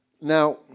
Now